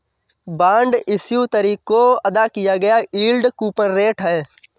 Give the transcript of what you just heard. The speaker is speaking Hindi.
बॉन्ड इश्यू तारीख को अदा किया गया यील्ड कूपन रेट है